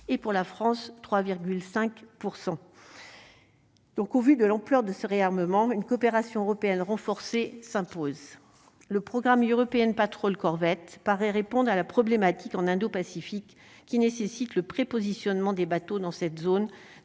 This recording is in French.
et pour la France, 3,5 %. Donc, au vu de l'ampleur de ce réarmement une coopération européenne renforcée s'impose, le programme est européenne Patrol Corvette paraît répondre à la problématique en indo-Pacifique qui nécessite le prépositionnement des bateaux dans cette zone